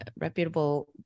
reputable